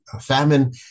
famine